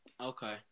Okay